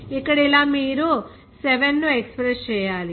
ఇక్కడ ఇలా మీరు 7 ను ఎక్స్ప్రెస్ చేయాలి